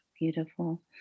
Beautiful